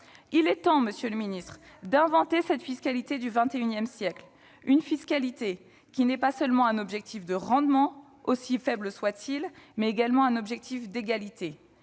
il est temps d'inventer cette « fiscalité du XXI siècle », une fiscalité qui n'ait pas seulement un objectif de rendement, aussi faible soit-il, mais également un objectif d'égalité.